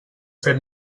fet